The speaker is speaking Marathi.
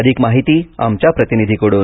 अधिक माहिती आमच्या प्रतिनिधीकडून